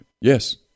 Yes